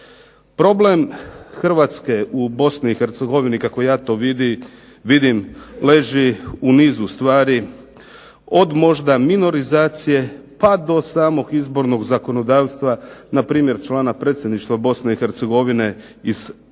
Problem Hrvatske u Bosni i Hercegovini, kako ja to vidim, leži u nizu stvari, od možda minorizacije, pa do samog izbornog zakonodavstva, npr. člana predsjedništva Bosne